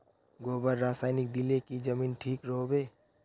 गोबर रासायनिक दिले की जमीन ठिक रोहबे?